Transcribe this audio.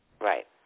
Right